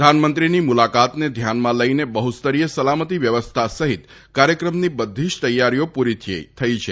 પ્રધાનમંત્રીની મુલાકાતને ધ્યાનમાં લઈને બહુસ્તરીય સલામતી વ્યવસ્થા સહિત કાર્યક્રમની બધી જ તૈયારીઓ પૂરી કરાઈ છે